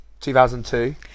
2002